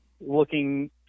looking